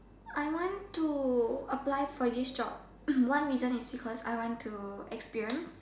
I want to apply for this job one reason is because I want to experience